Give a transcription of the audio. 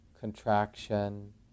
contraction